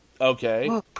Okay